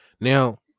Now